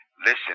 Listen